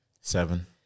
Seven